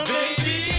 baby